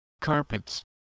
carpets